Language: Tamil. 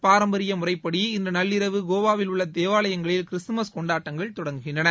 பாரம்பரியப்படி இன்று நள்ளிரவு கோவாவில் உள்ள தேவாலயங்களில் கிறிஸ்தமஸ் கொண்டாட்டங்கள் தொடங்குகின்றன